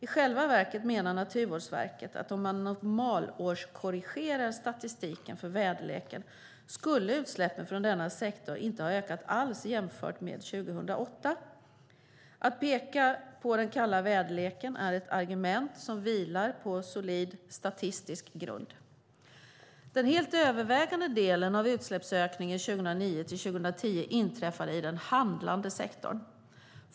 I själva verket menar Naturvårdsverket att om man normalårskorrigerar statistiken för väderleken skulle utsläppen från denna sektor inte ha ökat alls jämfört med 2008. Att peka på den kalla väderleken är ett argument som vilar på solid statistisk grund. Den helt övervägande delen av utsläppsökningen 2009-2010 inträffade i den handlande sektorn.